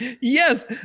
Yes